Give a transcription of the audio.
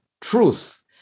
truth